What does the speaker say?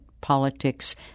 politics